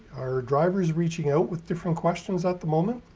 are drivers reaching out with different questions at the moment?